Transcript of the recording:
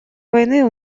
войны